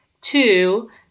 two